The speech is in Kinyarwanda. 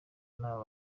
n’aba